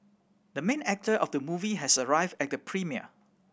the main actor of the movie has arrived at the premiere